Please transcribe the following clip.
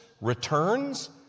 returns